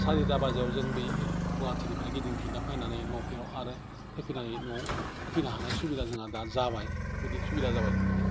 सारिथा बाजियाव जों बै गहाटीनिफ्राय गिदिंफिन्ना फाइनानै आरो फैफिननानै न'आव फैफिनो हानाय सुबिदा दा जोंहा जाबाय